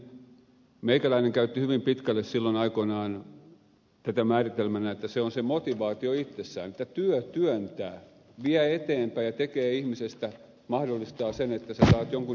niin meikäläinen käytti hyvin pitkälle silloin aikoinaan tätä määritelmänä että se on se motivaatio itsessään että työ työntää vie eteenpäin ja tekee ihmisestä mahdollistaa sen että sinä saat jonkun itsestäsi aikaan